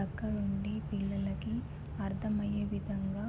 దగ్గర ఉండి పిల్లలకి అర్థమయ్యే విధంగా